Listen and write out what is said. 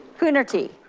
coonerty.